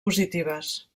positives